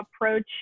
approach